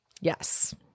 Yes